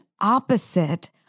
opposite